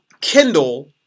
Kindle